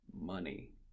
money